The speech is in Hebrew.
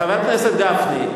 חבר הכנסת גפני,